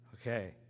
Okay